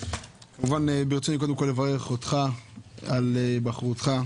רצוני כמובן קודם כול לברך אותך על היבחרך.